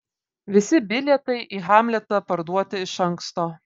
visi bilietai į hamletą parduoti iš anksto